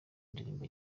indirimbo